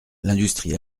l’industrie